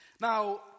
Now